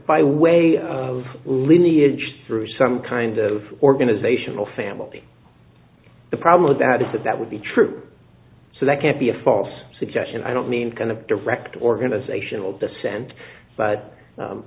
by way of lineage through some kind of organizational family the problem with that is that that would be true so that can't be a false suggestion i don't mean kind of direct organizational descent but